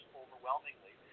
overwhelmingly